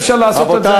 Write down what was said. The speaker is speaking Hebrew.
אפשר לעשות את זה,